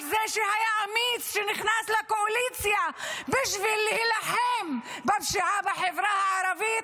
על זה שהיה אמיץ שנכנס לקואליציה בשביל להילחם בפשיעה בחברה הערבית,